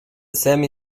semi